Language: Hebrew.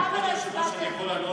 אדוני היושב-ראש, אני יכול לענות לו?